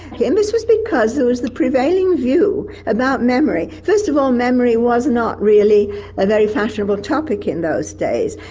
and this was because there was the prevailing view about memory. first of all memory was not really a very fashionable topic in those days.